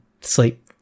sleep